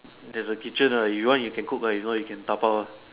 there's a kitchen uh you want you can cook uh you don't want you can dabao uh